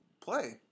play